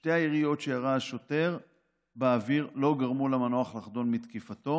שתי היריות שירה שוטר באוויר לא גרמו למנוח לחדול מתקיפתו